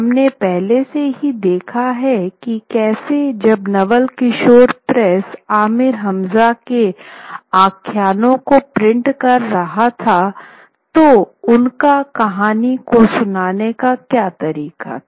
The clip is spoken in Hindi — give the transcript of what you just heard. हमने पहले से ही देखा है कि कैसे जब नवल किशोर प्रेस आमिर हमज़ा के आख्यानों को प्रिंट कर रहा था तोह उनका कहानी को सुनाने का क्या तरीका था